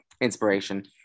inspiration